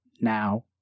now